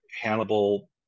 Hannibal